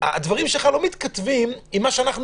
הדברים שלך לא מתכתבים עם מה שאנחנו